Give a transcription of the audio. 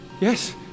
Yes